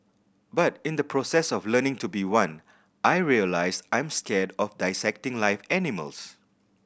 but in the process of learning to be one I realised I'm scared of dissecting live animals